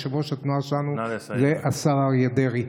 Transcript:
יושב-ראש התנועה שלנו זה השר אריה דרעי.